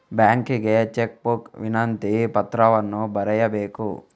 ಬ್ಯಾಂಕಿಗೆ cheque book ವಿನಂತಿ ಪತ್ರವನ್ನು ಬರೆಯಬೇಕು